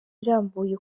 irambuye